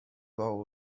fawr